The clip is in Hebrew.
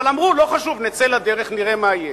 אבל אמרו: לא חשוב, נצא לדרך, נראה מה יהיה.